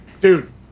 dude